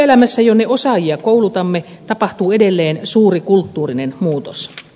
työelämässä jonne osaajia koulutamme tapahtuu edelleen suuri kulttuurinen muutos